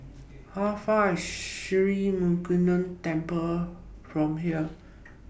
How Far IS Sri Murugan Temple from here